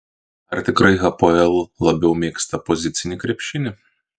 ar tikrai hapoel labiau mėgsta pozicinį krepšinį